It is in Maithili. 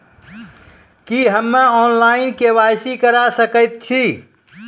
की हम्मे ऑनलाइन, के.वाई.सी करा सकैत छी?